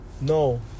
No